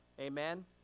Amen